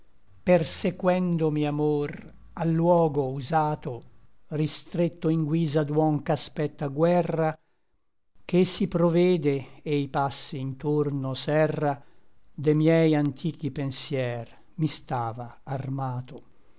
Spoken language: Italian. respira persequendomi amor al luogo usato ristretto in guisa d'uom ch'aspetta guerra che si provede e i passi intorno serra de miei antichi pensier mi stava armato